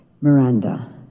Miranda